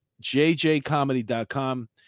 jjcomedy.com